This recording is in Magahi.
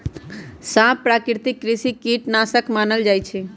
सांप प्राकृतिक कृषि कीट नाशक मानल जा हई